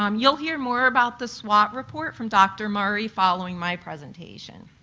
um you'll hear more about the swot report from dr. murray following my presentation.